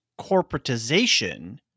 corporatization